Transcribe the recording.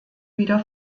wieder